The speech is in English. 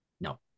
No